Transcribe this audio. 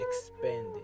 expanding